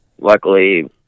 luckily